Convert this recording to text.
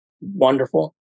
wonderful